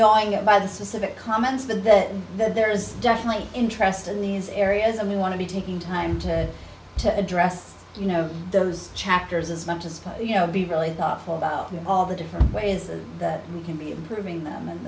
going to buy the specific comments that there is definitely interest in these areas and we want to be taking time to address you know those chapters as much as you know be really thoughtful about all the different ways that we can be improving them and